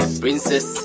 princess